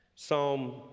psalm